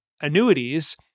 annuities